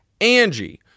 Angie